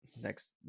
next